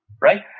Right